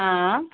हा